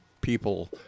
people